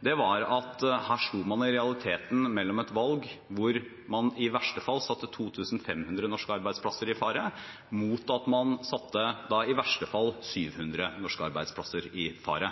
var at man her i realiteten sto overfor et valg hvor man i verste fall satte 2 500 norske arbeidsplasser i fare, mot at man i verste fall satte 700 norske arbeidsplasser i fare.